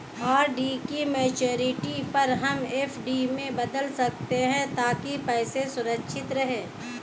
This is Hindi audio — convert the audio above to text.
आर.डी की मैच्योरिटी पर हम एफ.डी में बदल सकते है ताकि पैसे सुरक्षित रहें